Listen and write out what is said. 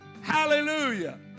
Hallelujah